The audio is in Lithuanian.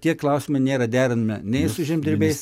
tie klausimai nėra derinami nei su žemdirbiais